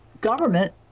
government